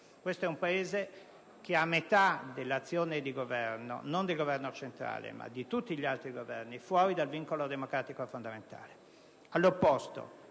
Questo è un Paese che ha metà dell'azione di governo, non del Governo centrale ma di tutti gli altri governi, fuori dal vincolo democratico fondamentale.